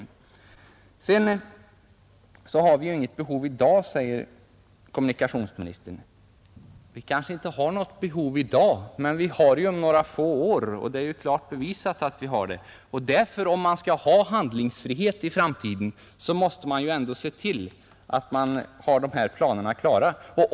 Vi har inget behov i dag av dessa motorvagnar, säger kommunikationsministern, Ja, vi kanske inte har något behov i dag, men det är klart bevisat att vi har det om några få år. För att ha handlingsfrihet i framtiden måste man se till att planerna är klara.